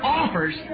offers